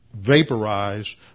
vaporize